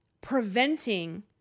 preventing